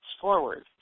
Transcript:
forward